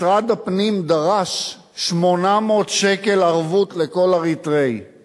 משרד הפנים דרש 800 שקל ערבות מכל אריתריאי